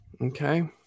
Okay